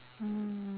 mm